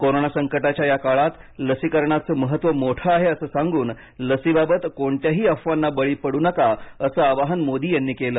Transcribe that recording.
corona संकटाच्या या काळात लसीकरणाचं महत्त्व मोठं आहे असं सांगून लसीबाबत कोणत्याही अफवांना बळी पडू नका असं आवाहन मोदी यांनी केली